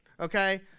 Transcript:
okay